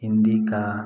Indica